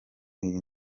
iyi